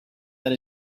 that